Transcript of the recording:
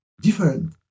different